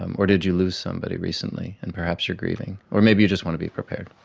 um or did you lose somebody recently, and perhaps you are grieving, or maybe you just want to be prepared.